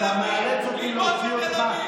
אתה מאלץ אותי להוציא אותך.